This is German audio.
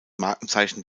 markenzeichen